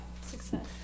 Success